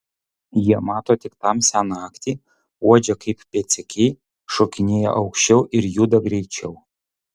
jie mato tik tamsią naktį uodžia kaip pėdsekiai šokinėja aukščiau ir juda greičiau